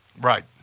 right